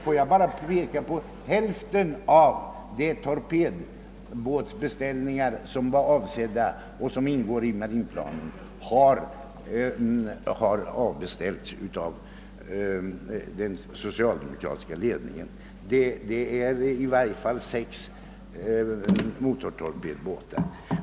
Låt mig bara påpeka att hälften av de torpedbåtar som behövs enligt marinplanen har inhiberats av den socialdemokratiska ledningen; det gäller 1 varje fall sex motortorpedbåtar.